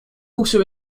also